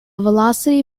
velocity